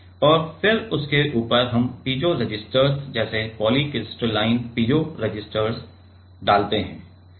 और फिर उसके ऊपर हम पीजो रेसिस्टर्स जैसे पॉलीक्रिस्टलाइन पीजो रेसिस्टर डालते हैं